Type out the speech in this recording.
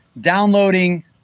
downloading